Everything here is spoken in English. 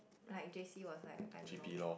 like J_C was like I don't know